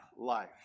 life